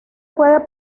puede